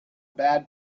bad